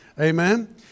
Amen